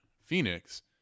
Phoenix